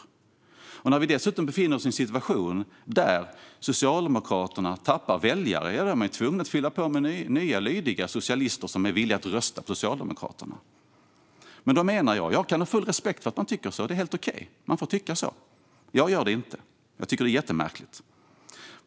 När situationen dessutom är sådan att Socialdemokraterna tappar väljare är man tvungen att fylla på med nya lydiga socialister som är villiga att rösta på Socialdemokraterna. Jag kan ha full respekt för att man tycker så. Det är helt okej; man får tycka så. Jag gör det dock inte, utan jag tycker att det är jättemärkligt.